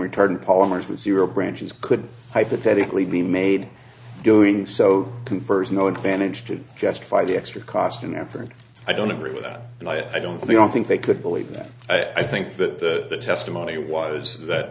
retardant polymers was your branches could hypothetically be made doing so confers no advantage to justify the extra cost and effort i don't agree with that and i don't think i don't think they could believe that i think that the testimony was that